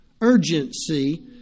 Urgency